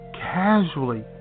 casually